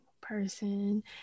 person